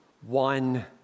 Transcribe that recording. one